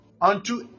Unto